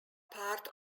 part